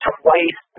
twice